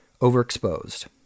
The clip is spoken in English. overexposed